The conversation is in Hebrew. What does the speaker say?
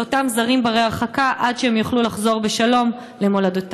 אותם זרים לא בני-הרחקה עד שהם יוכלו לחזור בשלום למולדתם.